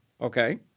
Okay